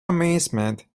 amazement